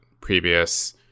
previous